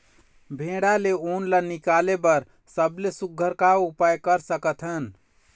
भेड़ा ले उन ला निकाले बर सबले सुघ्घर का उपाय कर सकथन?